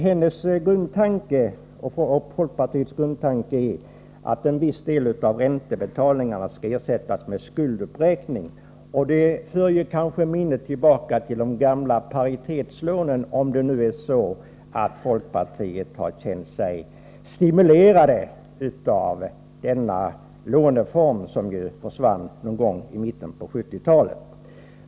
Hennes och folkpartiets grundtanke är att en viss del av räntebetalningarna skall ersättas med skulduppräkning. Detta för minnet tillbaka till de gamla paritetslånen — folkpartiet har kanske känt sig stimulerat av denna låneform som försvann någon gång i mitten på 1970-talet.